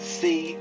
see